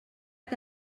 que